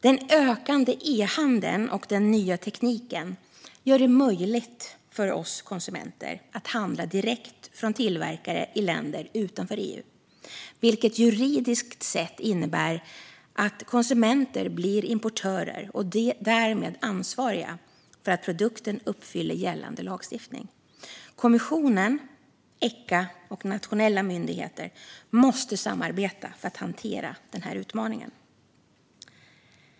Den ökande e-handeln och den nya tekniken gör det möjligt för oss konsumenter att handla direkt från tillverkare i länder utanför EU, vilket juridiskt sett innebär att konsumenter blir importörer och därmed ansvariga för att produkten uppfyller gällande lagstiftning. Kommissionen, Echa och nationella myndigheter måste samarbeta för att hantera denna utmaning.